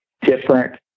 different